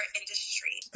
industry